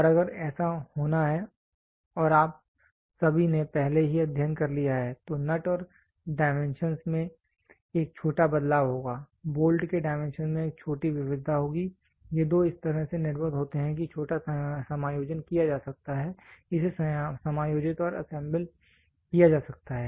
और अगर ऐसा होना है और आप सभी ने पहले ही अध्ययन कर लिया है तो नट के डाइमेंशंस में एक छोटा बदलाव होगा बोल्ट के डाइमेंशंस में एक छोटी विविधता होगी ये 2 इस तरह से निर्मित होते हैं कि छोटा समायोजन किया जा सकता है इसे समायोजित और असेंबल किया जा सकता है